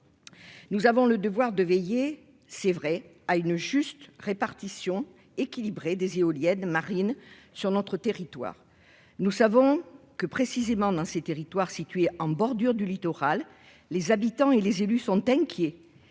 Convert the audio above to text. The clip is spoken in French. Nous avons le devoir de veiller, c'est vrai à une juste répartition équilibrée des éoliennes marines sur notre territoire, nous savons que, précisément, dans ces territoires situés en bordure du littoral, les habitants et les élus sont inquiets